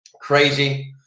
Crazy